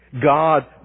God